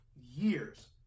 years